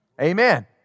Amen